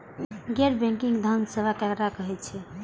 गैर बैंकिंग धान सेवा केकरा कहे छे?